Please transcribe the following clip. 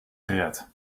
gered